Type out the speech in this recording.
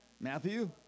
Matthew